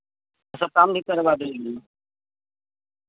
सब काम भी करवा देंगे